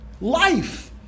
life